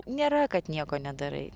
nėra kad nieko nedarai